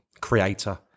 creator